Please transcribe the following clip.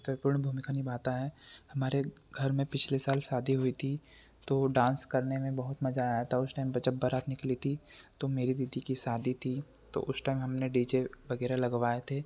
महत्वपूर्ण भूमिका निभाता है हमारे घर में पिछले साल शादी हुई थी तो डांस करने में बहुत मज़ा आया था उस टैम पर जब बारात निकली थी तो मेरी दीदी कि शादी थी तो उस टैम हमने डी जे वगैरह लगवाए थे